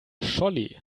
scholli